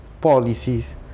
policies